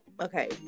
okay